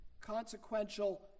consequential